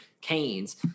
Canes